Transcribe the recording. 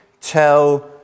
tell